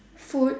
food